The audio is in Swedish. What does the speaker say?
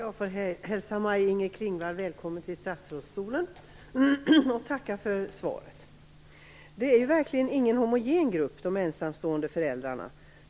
Fru talman! Jag får hälsa Maj-Inger Klingvall välkommen till statsrådsstolen och tacka för svaret. De ensamstående föräldrarna är verkligen ingen homogen grupp.